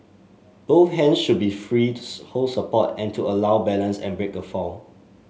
both hands should be free hold support and to allow balance and break a fall